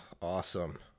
awesome